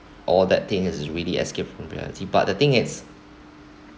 or that thing is really escape from reality but the thing it's